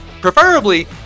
preferably